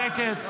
שקט.